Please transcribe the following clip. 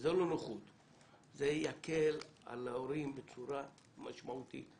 וזאת לא נוחות אלא זה יקל על ההורים בצורה משמעותית.